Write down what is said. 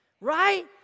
right